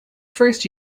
first